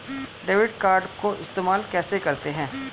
Debit card को इस्तेमाल कैसे करते हैं?